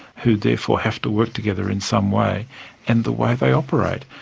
who therefore have to work together in some way and the way they operate.